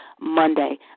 Monday